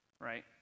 right